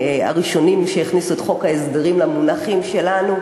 הראשונים שהכניסו את חוק ההסדרים למונחים שלנו,